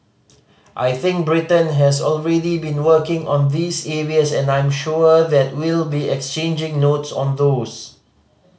I think Britain has already been working on these areas and I'm sure that we'll be exchanging notes on those